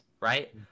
right